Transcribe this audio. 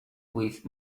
with